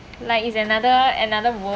like is another another world